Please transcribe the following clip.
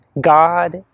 god